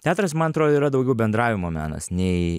teatras man atro yra daugiau bendravimo menas nei